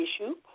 issue